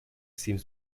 seems